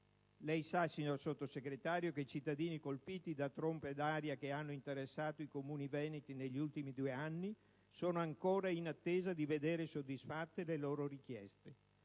Lei sa, signor Sottosegretario, che i cittadini colpiti da trombe d'aria che hanno interessato i comuni veneti negli ultimi due anni sono ancora in attesa di vedere soddisfatte le loro richieste